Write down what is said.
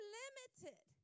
limited